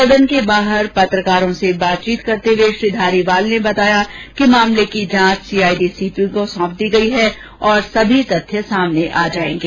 सदन के बाहर पत्रकारों से बातचीत करते हुए श्री धारीवाल ने बताया कि मामले की जांच सीआईडी सीबी को सौंप दी गयी है और सभी तथ्य सामने आ जाएंगे